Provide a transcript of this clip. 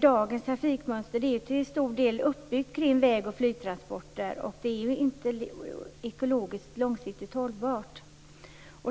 Dagens trafikmönster är till stor del uppbyggt kring väg och flygtransporter, och det är inte ekologiskt långsiktigt hållbart.